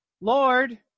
Lord